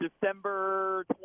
December